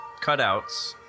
cutouts